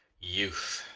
youth!